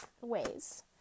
ways